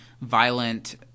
violent –